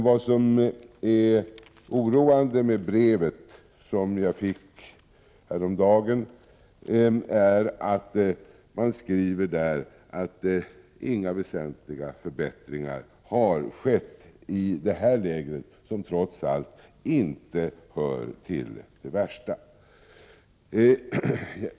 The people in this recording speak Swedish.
Vad som är é d 3 PN § RET Om kurdernas situaoroande med brevet är att man skriver att inga väsentliga förbättringar har =... z : 2d å sne 1 3 tion i Turkiet m.fl. länskett i detta läger, som trots allt inte hör till de värsta.